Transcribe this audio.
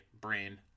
brain